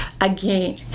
again